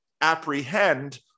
apprehend